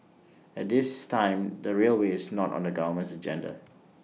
at this time the railway is not on the government's agenda